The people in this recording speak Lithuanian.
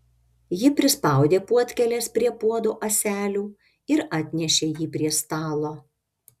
ji prispaudė puodkėles prie puodo ąselių ir atnešė jį prie stalo